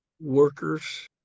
workers